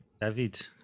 david